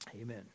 Amen